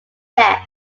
death